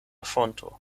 fonto